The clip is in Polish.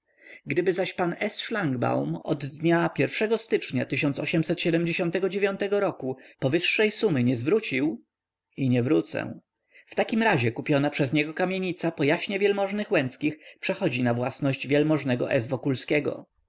gdyby zaś pan s szlangbaum od dnia pierwszego stycznia roku powyższej sumy nie zwrócił i nie wrócę w takim razie kupiona przez niego kamienica po jaśnie wielmożnych łęckich przechodzi na własność wielmożnego s wokulskiego